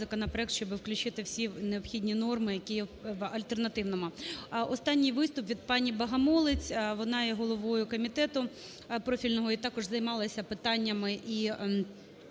законопроект, щоби включити всі необхідні норми, які є в альтернативному. Останній виступ від пані Богомолець, вона є головою комітету профільного і також займалися питаннями